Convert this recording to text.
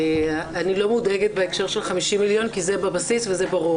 אני לא מודאגת בהקשר של ה-50 מיליון כי זה בבסיס וזה ברור.